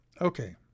Okay